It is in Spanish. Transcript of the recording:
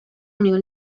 unión